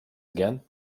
again